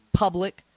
Public